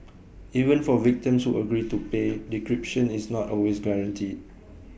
even for victims who agree to pay decryption is not always guaranteed